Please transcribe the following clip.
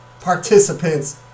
participants